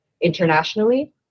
internationally